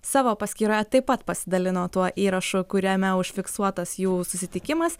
savo paskyroje taip pat pasidalino tuo įrašu kuriame užfiksuotas jų susitikimas